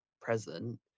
present